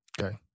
Okay